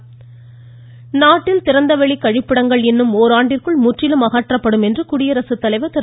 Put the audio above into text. ராம்நாத் கோவிந்த் நாட்டில் திறந்தவெளி கழிப்பிடங்கள் இன்னும் ஒராண்டிற்குள் முற்றிலும் அகற்றப்படும் என்று குடியரசுத்தலைவர் திரு